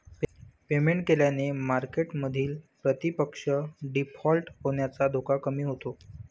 payment केल्याने मार्केटमधील प्रतिपक्ष डिफॉल्ट होण्याचा धोका कमी होतो